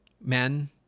Men